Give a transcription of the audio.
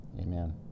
Amen